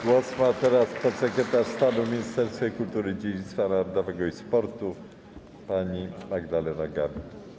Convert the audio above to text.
Głos ma teraz podsekretarz stanu w Ministerstwie Kultury, Dziedzictwa Narodowego i Sportu pani Magdalena Gawin.